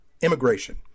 immigration